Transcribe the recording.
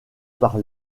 par